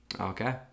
Okay